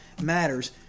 matters